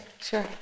sure